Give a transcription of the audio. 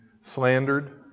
slandered